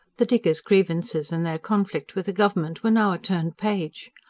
the diggers' grievances and their conflict with the government were now a turned page.